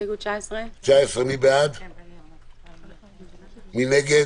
הסתייגות מס' 13. מי בעד